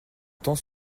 temps